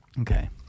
Okay